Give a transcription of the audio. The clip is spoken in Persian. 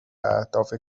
اهداف